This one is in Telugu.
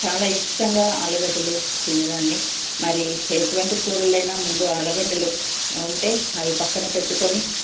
చాలా ఇష్టంగా ఆలుగడ్డలు తీనేదాన్ని మరి ఎటువంటి కూరలైనా ముందు ఆలగడ్డలు ఉంటే అవి పక్కనపెట్టుకొని